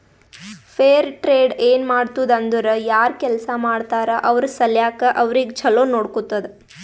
fair trade ಏನ್ ಮಾಡ್ತುದ್ ಅಂದುರ್ ಯಾರ್ ಕೆಲ್ಸಾ ಮಾಡ್ತಾರ ಅವ್ರ ಸಲ್ಯಾಕ್ ಅವ್ರಿಗ ಛಲೋ ನೊಡ್ಕೊತ್ತುದ್